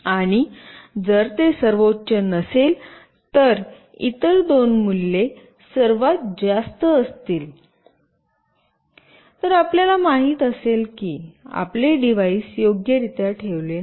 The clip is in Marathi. आणि जर ते सर्वोच्च नसेल तर इतर दोन मूल्ये सर्वात जास्त असतील तर आपल्याला माहित असेल की आपले डिव्हाइस योग्य रित्या ठेवले नाही